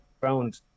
ground